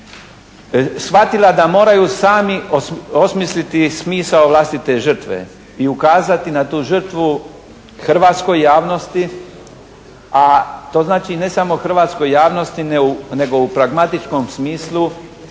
shvatila da moraju sami osmisliti smisao vlastite žrtve i ukazati na tu žrtvu hrvatskoj javnosti a to znači ne samo hrvatskoj javnosti nego u pragmatičkom smislu